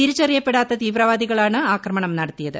തിരിച്ചറിയപ്പെടാത്ത തീവ്രവാദികളാണ് ആക്രമണം നടത്തിയത്